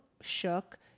shook